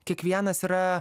kiekvienas yra